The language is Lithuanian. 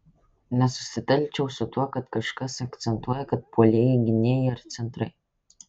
nesusitelkčiau su tuo kad kažkas akcentuoja kad puolėjai gynėjai ar centrai